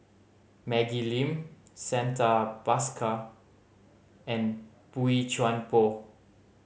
Maggie Lim Santha Bhaskar and Boey Chuan Poh